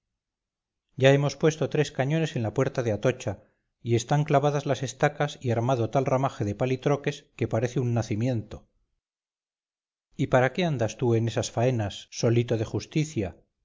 ya hemos puesto tres cañones en la puerta de atocha y están clavadas las estacas y armado tal ramaje de palitroques que parece un nacimiento y para qué andas tú en esas faenas solito de justicia